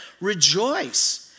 rejoice